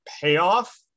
payoff